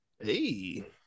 hey